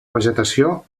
vegetació